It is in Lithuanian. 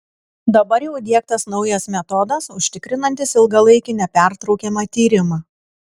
dabar jau įdiegtas naujas metodas užtikrinantis ilgalaikį nepertraukiamą tyrimą